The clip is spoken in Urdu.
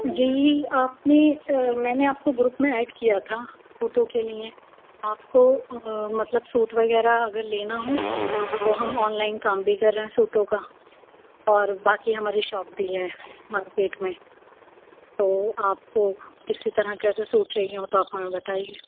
جی آپ نے میں نے آپ کو گروپ میں ایڈ کیا تھا سوٹوں کے لیے آپ کو مطلب سوٹ وغیرہ اگر لینا ہو تو ہم آن لائن کام بھی کر رہے ہیں سوٹوں کا اور باقی ہماری شاپ بھی ہے مارکیٹ میں تو آپ کو کسی طرح کےگر سوٹ چاہیے ہو تو آپ ہمیں بتائیے